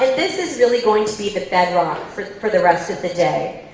this is really going to be the bedrock for for the rest of the day,